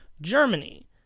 Germany